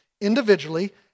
individually